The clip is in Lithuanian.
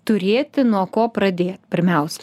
turėti nuo ko pradėt pirmiausia